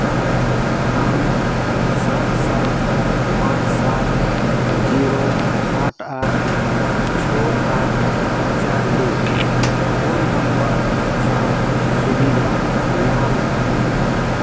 ᱟᱢ ᱥᱟᱛ ᱥᱟᱛ ᱯᱟᱸᱪ ᱥᱟᱛ ᱡᱤᱨᱳ ᱟᱴ ᱟᱴ ᱪᱷᱚ ᱟᱴ ᱪᱟᱨ ᱫᱩ ᱯᱷᱳᱱ ᱱᱟᱢᱵᱟᱨ ᱥᱟᱶ ᱥᱩᱵᱤᱫᱷᱟ ᱧᱟᱢ